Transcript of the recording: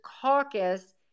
caucus